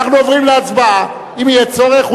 אם יהיה צורך,